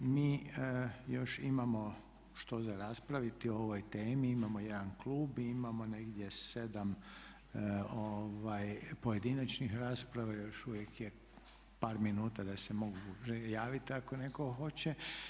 Mi još imamo što za raspraviti o ovoj temi, imamo jedan klub i imamo negdje sedam pojedinačnih rasprava, još uvijek je par minuta da se mogu javiti ako netko hoće.